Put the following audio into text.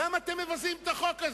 למה אתם מבזים את החוק הזה?